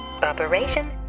Operation